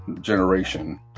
generation